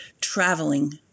Traveling